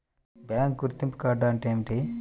Bank గుర్తింపు card అంటే ఏమిటి?